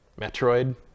Metroid